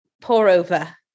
pour-over